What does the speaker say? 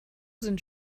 sind